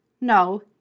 No